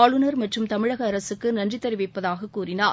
ஆளுநர் மற்றும் தமிழக அரசுக்கு நன்றி தெரிவிப்பதாக கூறினார்